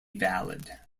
valid